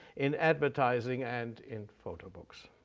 in advertising, and in photo books,